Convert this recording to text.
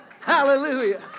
Hallelujah